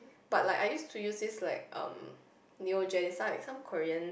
but like I used to use this like um Neo-Gen its like some Korean